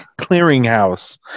Clearinghouse